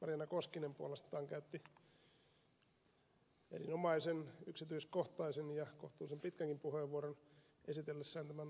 marjaana koskinen puolestaan käytti erinomaisen yksityiskohtaisen ja kohtuullisen pitkänkin puheenvuoron esitellessään tämän lakiesityksen yksityiskohtia